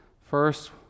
First